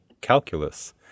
calculus